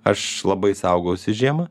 aš labai saugausi žiemą